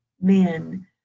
men